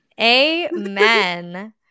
Amen